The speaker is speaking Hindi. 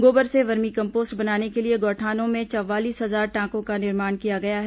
गोबर से वर्मी कम्पोस्ट बनाने के लिए गौठानों में चवालीस हजार टांकों का निर्माण किया गया है